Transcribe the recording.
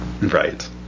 Right